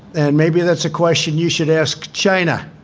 and maybe that's a question you should ask china.